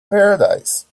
paradise